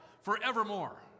forevermore